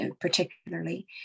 particularly